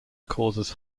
causes